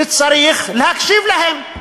שצריך להקשיב להם,